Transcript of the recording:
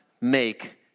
make